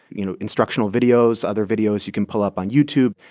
you know, instructional videos, other videos you can pull up on youtube,